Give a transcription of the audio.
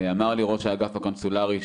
אמר לי ראש האגף הקונסולרי,